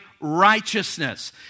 righteousness